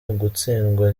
ugutsindwa